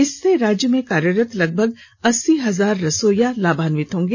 इससे राज्य में कार्यरत लगभग अस्सी हजार रसोइया लाभान्वित होगी